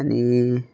आनि